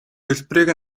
төлбөрийг